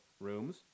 rooms